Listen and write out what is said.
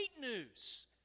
news